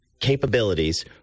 capabilities